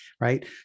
Right